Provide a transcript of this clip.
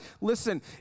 Listen